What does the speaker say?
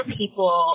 people